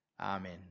Amen